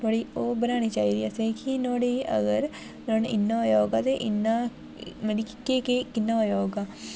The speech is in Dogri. थोह्ड़ी ओह् बनानी चाहि्दी असें गी कि नुहाड़ी अगर नुहाड़े इ'यां होगा मतलब कि इ'यां केह् केह् कि'यां होया होगा